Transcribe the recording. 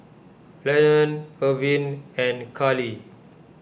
Lennon Irvin and Carley